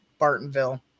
Bartonville